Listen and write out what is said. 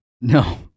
no